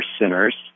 sinners